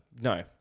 No